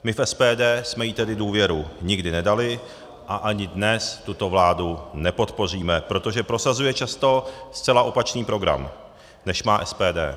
My v SPD jsme jí tedy důvěru nikdy nedali a ani dnes tuto vládu nepodpoříme, protože prosazuje často zcela opačný program, než má SPD.